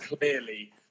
clearly